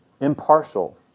impartial